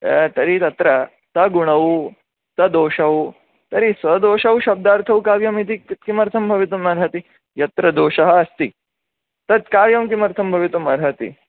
तर्हि तत्र सगुणौ सदोषौ तर्हि सदोषौ शब्दार्थौ काव्यम् इति कि किमर्थं भवितुं अर्हति यत्र दोषः अस्ति तत् काव्यं किमर्थं भवितुमर्हति